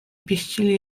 pieścili